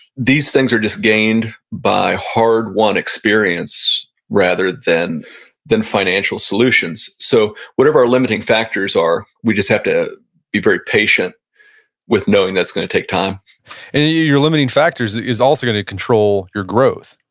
these things are just gained by hard won experience rather than than financial solutions. so whatever our limiting factors are, we just have to be very patient with knowing that's going to take time and your limiting factors is also going to control your growth,